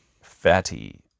Fatty